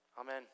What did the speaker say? Amen